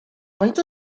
faint